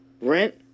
rent